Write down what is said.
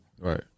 Right